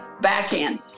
backhand